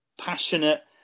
passionate